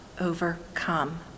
overcome